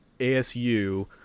ASU